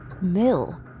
mill